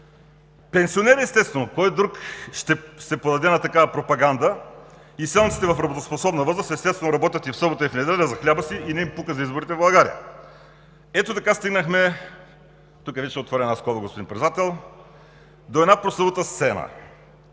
Пенсионери, естествено, кой друг ще се подаде на такава пропаганда? Изселниците в работоспособна възраст естествено работят и в събота, и в неделя за хляба си и не им пука за изборите в България. Ето така стигнахме, тук вече ще отворя една скоба, господин Председател, до една прословута сцена: